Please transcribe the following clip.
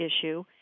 issue